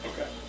Okay